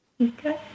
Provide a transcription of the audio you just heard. okay